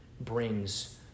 brings